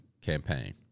campaign